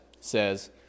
says